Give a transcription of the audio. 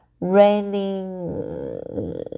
raining